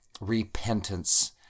repentance